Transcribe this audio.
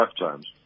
lifetimes